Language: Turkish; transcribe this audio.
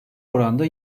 oranda